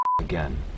again